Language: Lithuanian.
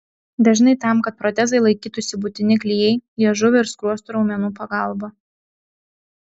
dažnai tam kad protezai laikytųsi būtini klijai liežuvio ir skruostų raumenų pagalba